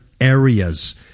areas